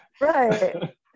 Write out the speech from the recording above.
Right